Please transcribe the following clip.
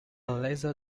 laser